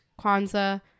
Kwanzaa